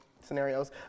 scenarios